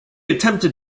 attempted